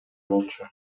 болчу